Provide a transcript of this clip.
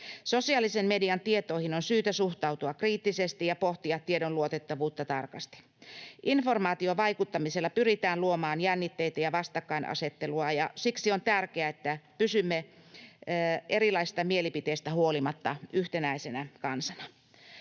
Sosiaalisen median tietoihin on syytä suhtautua kriittisesti ja pohtia tiedon luotettavuutta tarkasti. Informaatiovaikuttamisella pyritään luomaan jännitteitä ja vastakkainasettelua, ja siksi on tärkeää, että pysymme erilaisista mielipiteistä huolimatta yhtenäisenä kansana.